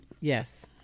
Yes